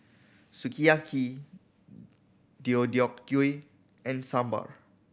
Sukiyaki Deodeok Gui and Sambar